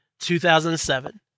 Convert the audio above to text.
2007